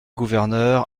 gouverneur